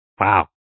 Wow